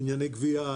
ענייני גבייה,